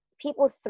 people